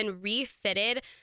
refitted